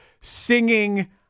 singing